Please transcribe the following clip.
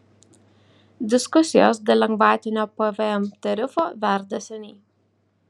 diskusijos dėl lengvatinio pvm tarifo verda seniai